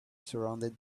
surrounded